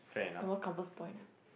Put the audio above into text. the most Compass-Point ah